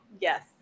yes